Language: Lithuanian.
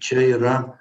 čia yra